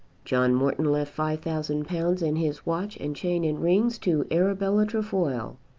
john morton left five thousand pounds and his watch and chain and rings to arabella trefoil,